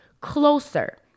closer